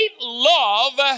love